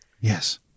Yes